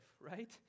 right